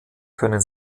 können